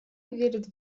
верят